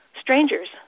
strangers